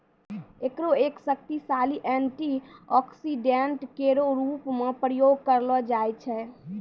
एकरो एक शक्तिशाली एंटीऑक्सीडेंट केरो रूप म प्रयोग करलो जाय छै